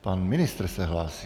Pan ministr se hlásí.